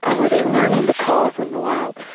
ah were they learning the calls in the wild?